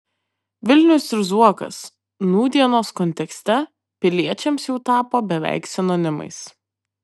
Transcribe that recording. vilnius ir zuokas nūdienos kontekste piliečiams jau tapo beveik sinonimais